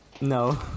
No